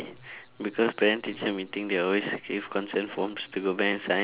because parent teacher meeting they always gave consent forms to go back and sign